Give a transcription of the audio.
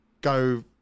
go